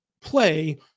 play